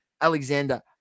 Alexander